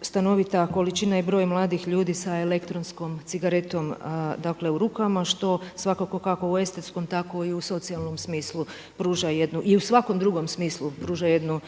stanovita količina i broj mladih ljudi sa elektronskom cigaretom, dakle u rukama što svakako kako u estetskom, tako i u socijalnom smislu pruža jednu i u svakom drugom smislu pruža jednu